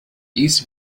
east